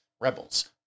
Rebels